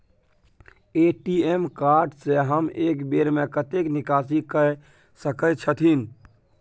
ATM card से हम एक बेर में कतेक निकासी कय सके छथिन?